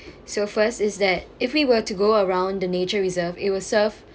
so first is that if we were to go around the nature reserve it will serve